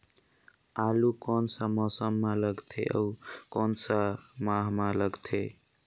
आलू कोन सा मौसम मां लगथे अउ कोन सा माह मां लगथे?